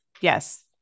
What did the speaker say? yes